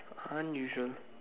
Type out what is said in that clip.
unusual